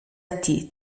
ati